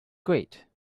great